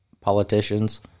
politicians